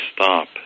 stop